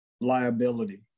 liability